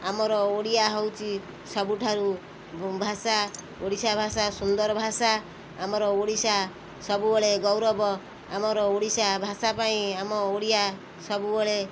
ଆମର ଓଡ଼ିଆ ହେଉଛି ସବୁଠାରୁ ଭାଷା ଓଡ଼ିଶା ଭାଷା ସୁନ୍ଦର ଭାଷା ଆମର ଓଡ଼ିଶା ସବୁବେଳେ ଗୌରବ ଆମର ଓଡ଼ିଶା ଭାଷା ପାଇଁ ଆମ ଓଡ଼ିଆ ସବୁବେଳେ